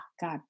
God